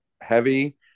heavy